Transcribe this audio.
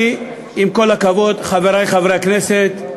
עם כל הכבוד, חברי חברי הכנסת,